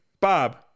Bob